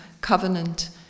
covenant